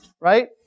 right